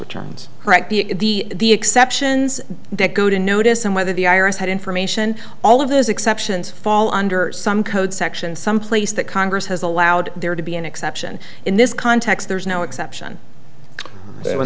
correct the the exceptions that go to notice and whether the iras had information all of those exceptions fall under some code section some place that congress has allowed there to be an exception in this context there's no exception when